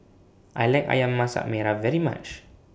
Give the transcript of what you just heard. I like Ayam Masak Merah very much